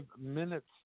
minutes